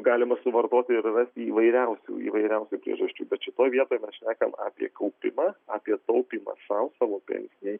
galima suvartoti ir rasti įvairiausių įvairiausių priežasčių šitoj vietoj šnekam apie kaupimą apie taupymą sau savo pensijai